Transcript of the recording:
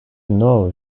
know